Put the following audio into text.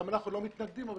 אם